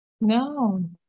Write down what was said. No